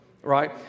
Right